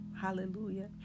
Hallelujah